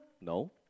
No